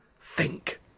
Think